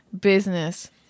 business